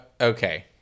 Okay